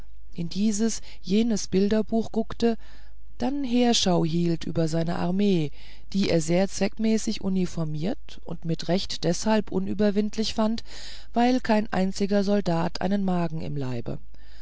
in dieses jenes bilderbuch guckte dann heerschau hielt über seine armee die er sehr zweckmäßig uniformiert und mit recht deshalb unüberwindlich fand weil kein einziger soldat einen magen im leibe